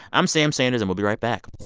i'm sam sanders, and we'll be right back